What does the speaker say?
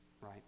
right